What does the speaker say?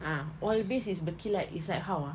ah oil-based is berkilat is like how ah